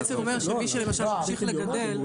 זה בעצם אומר שמי שלמשל ממשיך לגדל,